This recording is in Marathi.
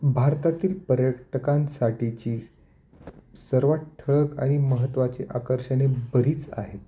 भारतातील पर्यटकांसाठीची स सर्वांत ठळक आणि महत्त्वाची आकर्षणे बरीच आहेत